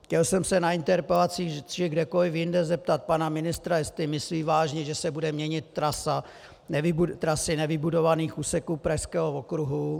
Chtěl jsem se na interpelacích či kdekoli jinde zeptat pana ministra, jestli myslí vážně, že se bude měnit trasa nevybudovaných úseků pražského okruhu.